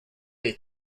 des